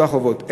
כל החובות,